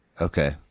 Okay